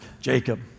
Jacob